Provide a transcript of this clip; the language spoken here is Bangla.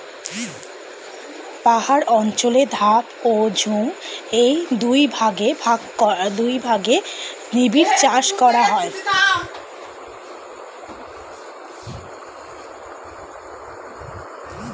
পাহাড় অঞ্চলে ধাপ ও ঝুম এই দুই ভাগে নিবিড় চাষ করা হয়